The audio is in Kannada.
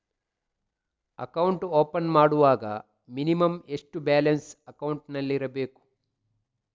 ಅಕೌಂಟ್ ಓಪನ್ ಮಾಡುವಾಗ ಮಿನಿಮಂ ಎಷ್ಟು ಬ್ಯಾಲೆನ್ಸ್ ಅಕೌಂಟಿನಲ್ಲಿ ಇರಬೇಕು?